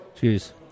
Cheers